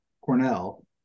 Cornell